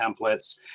templates